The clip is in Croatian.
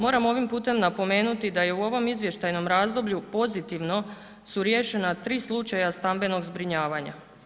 Moram ovim putem napomenuti da je u ovom izvještajnom razdoblju pozitivno riješena tri slučaja stambenog zbrinjavanja.